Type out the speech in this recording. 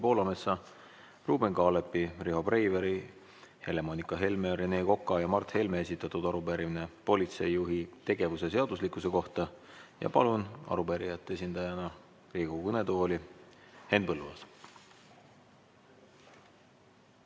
Poolametsa, Ruuben Kaalepi, Riho Breiveli, Helle-Moonika Helme, Rene Koka ja Mart Helme esitatud arupärimine politseijuhi tegevuse seaduslikkuse kohta. Palun arupärijate esindajana Riigikogu kõnetooli Henn Põlluaasa.